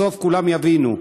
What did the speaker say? בסוף כולם יבינו.